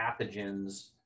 pathogens